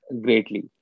greatly